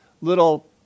little